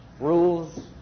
rules